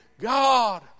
God